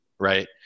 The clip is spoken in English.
Right